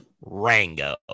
Rango